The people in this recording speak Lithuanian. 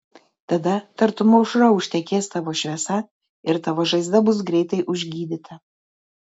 tada tartum aušra užtekės tavo šviesa ir tavo žaizda bus greitai užgydyta